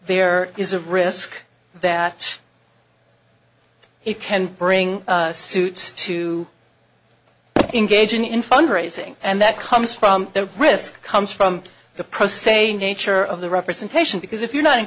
there is a risk that it can bring suit to engaging in fund raising and that comes from the risk comes from the pro se nature of the representation because if you're not